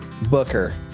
Booker